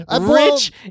rich